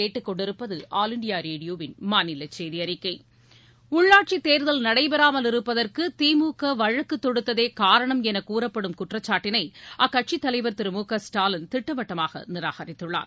உள்ளாட்சி தேர்தல் நடைபெறாமல் இருப்பதற்கு திமுக வழக்கு தொடுத்ததே காரணம் என கூறப்படும் குற்றச்சாட்டினை அக்கட்சியின் தலைவர் திரு மு க ஸ்டாலின் திட்டவட்டமாக நிராகரித்துள்ளார்